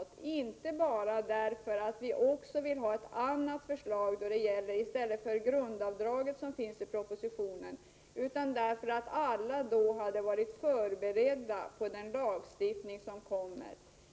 Det anser vi inte bara därför att vi vill ha ett annat förslag beträffande grundavdraget än det som finns i propositionen, utan därför att alla då hade hunnit bli förberedda på att det kommer en ny lagstiftning.